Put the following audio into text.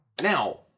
Now